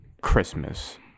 Christmas